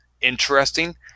interesting